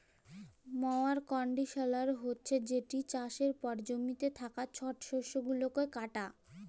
ময়ার কল্ডিশলার হছে যেট চাষের পর জমিতে থ্যাকা ছট শস্য গুলাকে কাটে